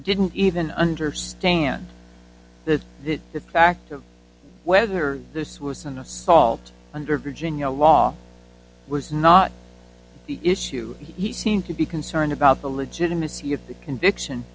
didn't even understand that the fact of whether this was an assault under virginia law was not the issue he seemed to be concerned about the legitimacy of the conviction